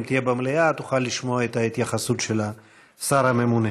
אם תהיה במליאה תוכל לשמוע את ההתייחסות של השר הממונה.